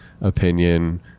opinion